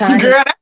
Girl